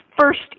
First